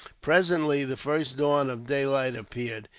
presently the first dawn of daylight appeared,